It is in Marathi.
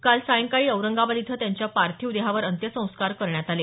काल सायंकाळी औरंगाबाद इथं त्यांच्या पार्थिव देहावर अंत्यसंस्कार करण्यात आले